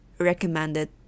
Recommended